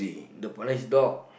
the price dog